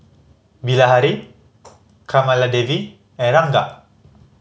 Bilahari Kamaladevi and Ranga